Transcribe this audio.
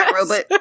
robot